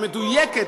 המדויקת,